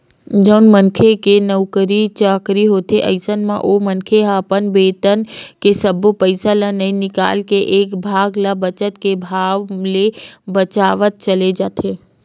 जउन मनखे के नउकरी चाकरी होथे अइसन म ओ मनखे ह अपन बेतन के सब्बो पइसा ल नइ निकाल के एक भाग ल बचत के भाव ले बचावत चले जाथे